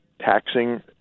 taxing